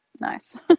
nice